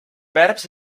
verbs